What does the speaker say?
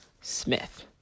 Smith